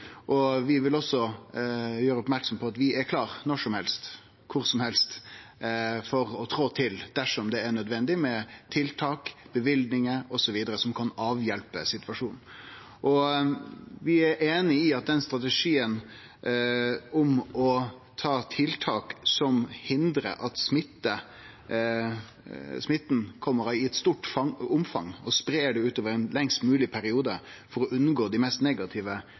Vi vil også gjere merksam på at vi er klare når som helst, kvar som helst for å trå til dersom det er nødvendig, med tiltak, løyvingar osv., som kan avhjelpe situasjonen. Vi er einig i at det er ein god strategi å gjere tiltak som hindrar at smitten kjem i stort omfang, og at han blir spreidd utover i ein lengst mogleg periode for å unngå dei mest negative